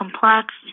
complex